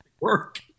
work